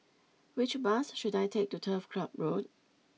which bus should I take to Turf Club Road